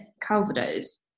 Calvados